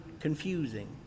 confusing